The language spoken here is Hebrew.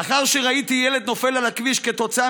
לאחר שראיתי ילד נופל על הכביש כתוצאה